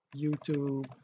YouTube